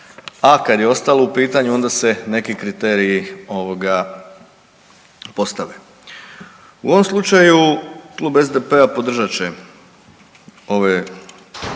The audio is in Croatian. a kad je ostalo u pitanju onda se neki kriteriji ovoga postave. U ovom slučaju Klub SDP-a podržat će ove